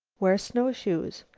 wear snowshoes.